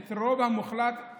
את הרוב המוחלט,